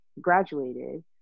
graduated